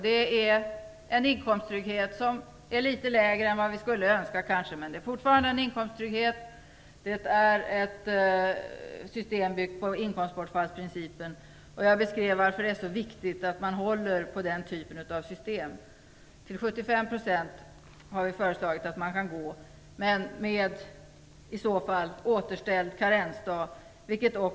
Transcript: Det är en inkomsttrygghet som är litet lägre än vad vi kanske skulle önska, men det är fortfarande en inkomsttrygghet. Det är ett system byggt på inkomstbortfallsprincipen. Jag beskrev varför det är så viktigt att man håller på den typen av system. Vi har föreslagit att man kan gå ner till 75 %, men då skall karensdagen återställas.